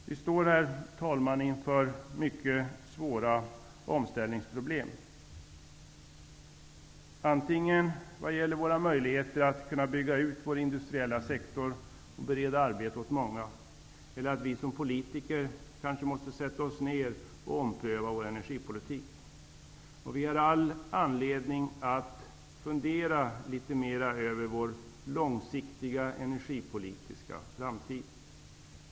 Vi står, herr talman, inför svåra omställningsproblem, både med tanke på våra möjligheter att bygga ut vår industriella sektor och bereda arbete åt många och med tanke på att vi som politiker kanske måste sätta oss ned och ompröva vår energipolitik. Vi har all anledning att fundera litet mera över vår långsiktiga energipolitiska framtid.